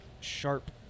sharp